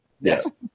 Yes